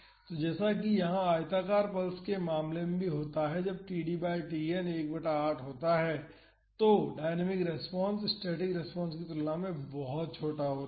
तो जैसा कि यहां आयताकार पल्स के मामले में भी होता है जब td बाई Tn 1 बटा 8 होता है तो डायनामिक रेस्पॉन्स स्टैटिक रेस्पॉन्स की तुलना में बहुत छोटा होता है